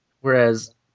Whereas